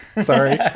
sorry